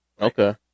Okay